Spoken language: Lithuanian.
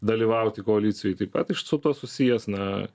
dalyvauti koalicijoj taip pat iš su tuo susijęs na